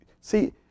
see